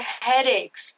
headaches